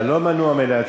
אתה לא מנוע מלהצביע.